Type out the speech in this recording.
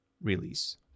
release